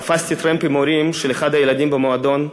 תפסתי טרמפ עם הורים של אחד הילדים במועדון.